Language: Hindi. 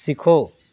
सीखो